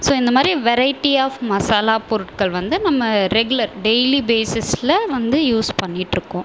so இந்த மாரி variety of masala பொருட்கள் வந்து நம்ம ரெகுலர் டெய்லி பேசிஸில் வந்து யூஸ் பண்ணிகிட்டு இருக்கோம்